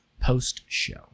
Post-show